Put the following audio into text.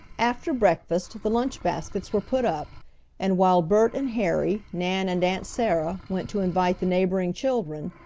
after breakfast the lunch baskets were put up and while bert and harry, nan and aunt sarah, went to invite the neighboring children,